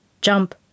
Jump